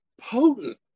potent